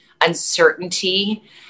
uncertainty